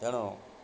ତେଣୁ